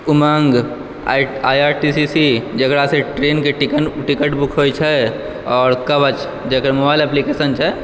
उमङ्ग I R T C C जकरासँ ट्रेनके टिकट बुक होइ छै आओर कवच जकर मोबाइल एप्लीकेशन छै